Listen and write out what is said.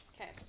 Okay